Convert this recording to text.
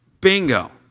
Bingo